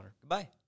goodbye